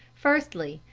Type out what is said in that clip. firstly,